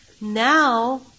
Now